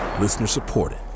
Listener-supported